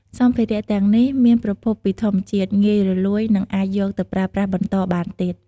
សម្ភារៈទាំងនេះមានប្រភពពីធម្មជាតិ ងាយរលួយ និងអាចយកទៅប្រើប្រាស់បន្តបានទៀត។